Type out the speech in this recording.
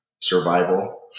Survival